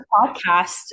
podcast